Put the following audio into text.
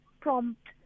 prompt